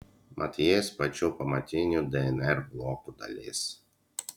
mat jis pačių pamatinių dnr blokų dalis